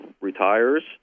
retires